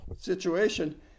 situation